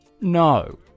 no